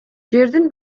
жердин